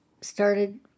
started